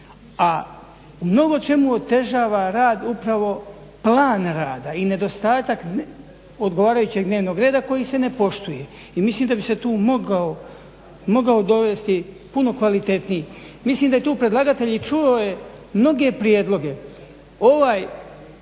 o mnogo čemu otežava rad upravo plan rada i nedostatak odgovarajućeg dnevnog reda koji se ne poštuje. I mislim da bi se tu mogao dovesti puno kvalitetniji. Mislim da je tu predlagatelj i čuo je mnoge prijedloge.